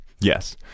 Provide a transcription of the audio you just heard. Yes